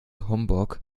homburg